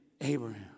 Abraham